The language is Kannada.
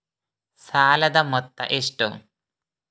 ಸಾಲದ ಮೊತ್ತ ಎಷ್ಟು?